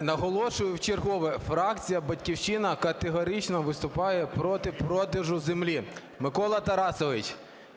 Наголошую вчергове, фракція "Батьківщина" категорично виступає проти продажу землі. Микола Тарасович,